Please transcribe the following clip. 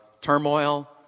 turmoil